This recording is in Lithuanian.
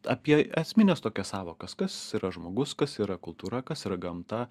apie esmines tokias sąvokas kas yra žmogus kas yra kultūra kas yra gamta